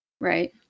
Right